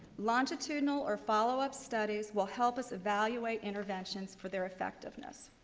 longitudinal or follow-up studies will help us evaluate intervention for their effectiveness.